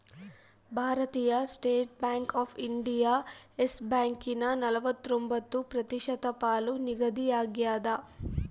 ಭಾರತೀಯ State Bank of India Yes ಬ್ಯಾಂಕನ ನಲವತ್ರೊಂಬತ್ತು ಪ್ರತಿಶತ ಪಾಲು ನಿಗದಿಯಾಗ್ಯದ